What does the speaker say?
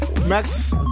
Max